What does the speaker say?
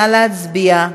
נא להצביע.